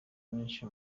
nyinshi